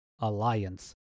alliance